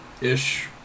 ish